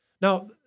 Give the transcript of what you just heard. Now